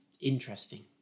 Interesting